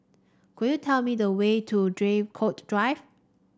could you tell me the way to Draycott Drive